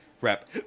Rep